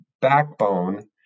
backbone